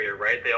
right